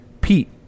Pete